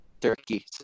turkey